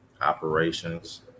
operations